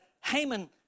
Haman